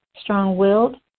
strong-willed